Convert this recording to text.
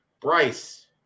Bryce